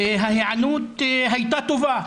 וההיענות הייתה טובה.